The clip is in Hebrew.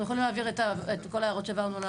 אנחנו יכולים להעביר את כל ההערות שהעברנו,